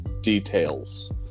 details